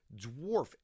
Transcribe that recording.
dwarf